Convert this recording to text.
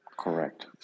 Correct